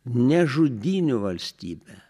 ne žudynių valstybe